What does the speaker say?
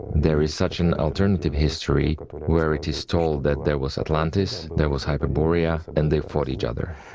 there is such an alternative history where it is told that there was atlantis, there was hyperborea, and they fought each other.